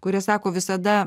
kurie sako visada